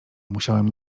musiałem